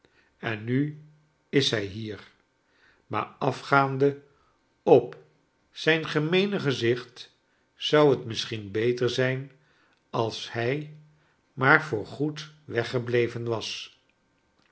en nu is hij hier maar afgaande op zijn gemeene gezicht zou net rnisschien beter zijn als hij maar voor goed weggebleven was